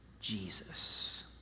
Jesus